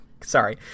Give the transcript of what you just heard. Sorry